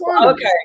Okay